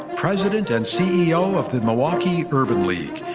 president and ceo of the milwaukee urban league.